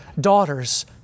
daughters